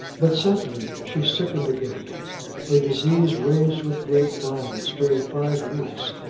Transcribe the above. but suddenly she sickened again her disease raged with great violence during five weeks,